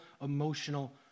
emotional